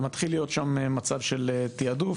ומתחיל להיות שם מצב של תיעדוף,